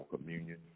communion